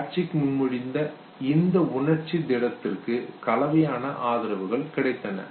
Plutchik முன்மொழிந்த இந்த உணர்ச்சி திடத்திற்கு கலவையான ஆதரவு கிடைத்தன